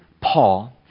Paul